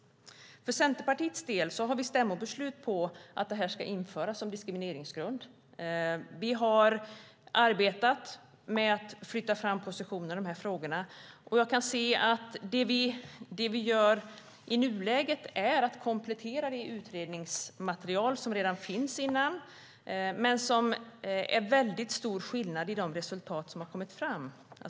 För Centerpartiets del har vi stämmobeslut på att detta ska införas som diskrimineringsgrund. Vi har arbetat med att flytta fram positionerna i dessa frågor. Det vi gör i nuläget är att komplettera det utredningsmaterial som redan finns men där det är väldigt stor skillnad mellan de resultat som kommit fram.